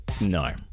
no